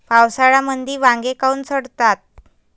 पावसाळ्यामंदी वांगे काऊन सडतात?